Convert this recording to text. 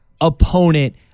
opponent